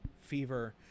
Fever